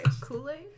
Kool-Aid